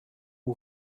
who